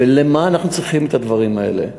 למה אנחנו צריכים את הדברים האלה?